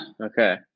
Okay